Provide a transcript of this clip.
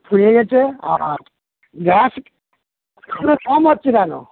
ফুুরিয়ে গিয়েছে আর গ্যাস কম হচ্ছে কেন